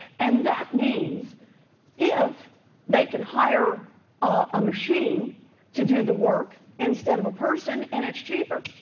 and that means if they can hire ah a machine to do the work instead of a person and it's cheaper,